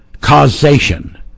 causation